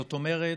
זאת אומרת,